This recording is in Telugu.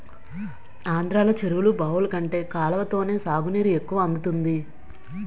ఆంధ్రలో చెరువులు, బావులు కంటే కాలవతోనే సాగునీరు ఎక్కువ అందుతుంది